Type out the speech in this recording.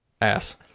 Ass